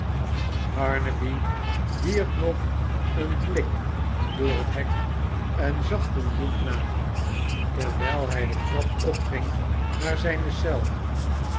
barnaby wierp nog een blik door het hek en zag toen hugh na terwijl hij de trap opging naar zijne eel